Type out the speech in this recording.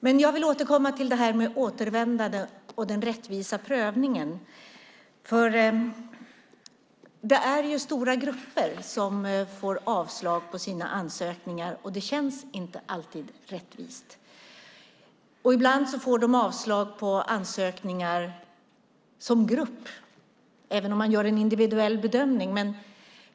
Men jag vill återkomma till det här med återvändande och den rättvisa prövningen. Det är nämligen stora grupper som får avslag på sina ansökningar, och det känns inte alltid rättvist. Ibland får de avslag på ansökningar som grupp, även om man gör en individuell bedömning.